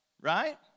Right